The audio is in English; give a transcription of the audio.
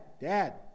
dad